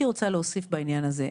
הייתי רוצה להוסיף בעניין הזה.